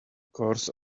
course